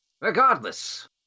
Regardless